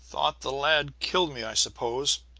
thought the lad killed me, i suppose.